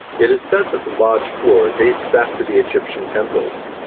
it is said that the lodge floor dates back to the egyptian temples,